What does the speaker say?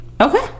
Okay